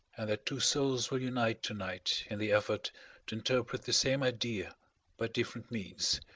and their two souls will unite to-night in the effort to interpret the same idea by different means.